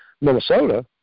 Minnesota